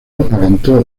alentó